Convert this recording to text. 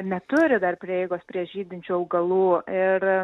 neturi dar prieigos prie žydinčių augalų ir